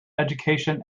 education